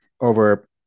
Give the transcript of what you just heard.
over